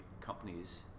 companies